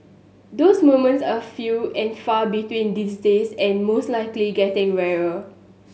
those moments are few and far between these days and most likely getting rarer